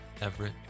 Everett